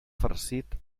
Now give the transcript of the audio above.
farcit